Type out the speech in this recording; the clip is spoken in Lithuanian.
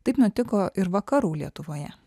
taip nutiko ir vakarų lietuvoje